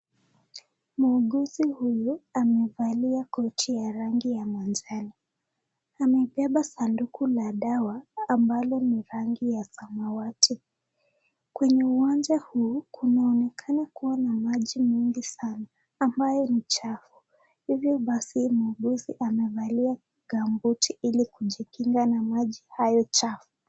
Muuguzi huyu amevalia koti ya rangi ya manjano, amebeba sanduku la dawa ambalo ni rangi ya samawati, kwenye uwanja huu kunaonekana kuwa na maji mingi sana ambayo ni chafu hivyo basi muuguzi amevalia gambuti ili kujikinga na maji hayo chafu.